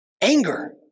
Anger